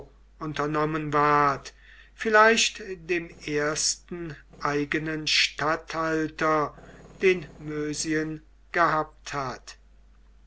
unternommen ward vielleicht dem ersten eigenen statthalter den mösien gehabt hat